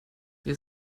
ihr